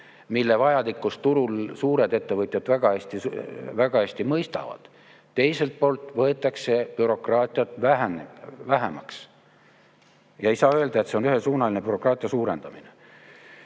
mille vajalikkust turul suured ettevõtjad väga hästi mõistavad, teiselt poolt võetakse bürokraatiat vähemaks. Ja ei saa öelda, et see on ühesuunaline bürokraatia suurendamine.